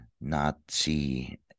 Nazi